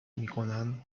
میکنند